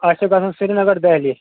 اَسہِ چھُ گژھن سریٖنگر دہلی